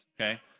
okay